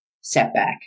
setback